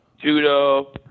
Judo